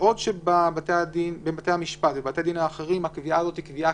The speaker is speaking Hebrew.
בעוד שבבתי המשפט ובבתי הדין האחרים הקביעה הזאת היא קביעה